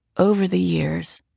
over the years,